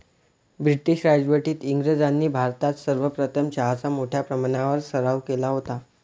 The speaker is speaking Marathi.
ब्रिटीश राजवटीत इंग्रजांनी भारतात सर्वप्रथम चहाचा मोठ्या प्रमाणावर सराव केला होता